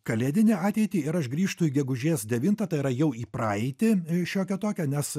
kalėdinę ateitį ir aš grįžtu į gegužės devintą tai yra jau į praeitį į šiokią tokią nes